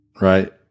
Right